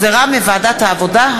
שהחזירה ועדת העבודה,